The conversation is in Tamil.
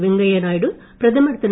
வெங்கையாநாயுடு பிரதமர் திரு